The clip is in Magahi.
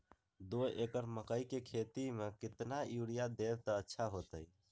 दो एकड़ मकई के खेती म केतना यूरिया देब त अच्छा होतई?